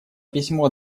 письмо